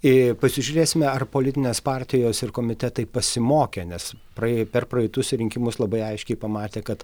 jei pasižiūrėsime ar politinės partijos ir komitetai pasimokė nes praėję per praeitus rinkimus labai aiškiai pamatė kad